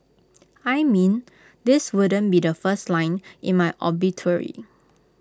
I mean this wouldn't be the first line in my obituary